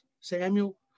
Samuel